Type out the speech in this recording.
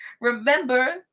remember